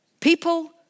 people